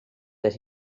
that